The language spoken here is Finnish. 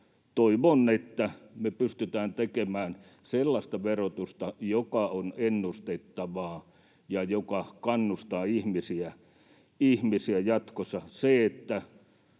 Toivon, että me pystytään tekemään sellaista verotusta, joka on ennustettavaa ja joka kannustaa ihmisiä jatkossa.